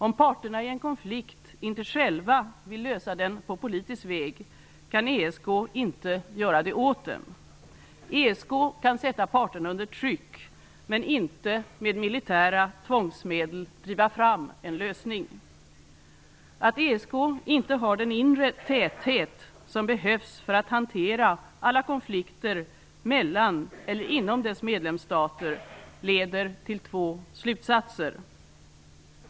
Om parterna i en konflikt inte själva vill lösa dem på politisk väg kan ESK inte göra det åt dem. ESK kan sätta parterna under tryck, men inte med militära tvångsmedel driva fram en lösning. Att ESK inte har den inre täthet som behövs för att hantera alla konflikter mellan eller inom dess medlemsstater leder till två slutsatser.